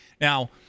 now